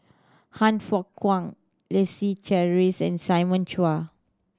Han Fook Kwang Leslie Charteris and Simon Chua